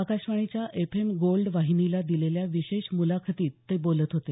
आकाशवाणीच्या F M Gold वाहिनीला दिलेल्या विशेष मुलाखतीत ते बोलत होते